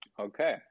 Okay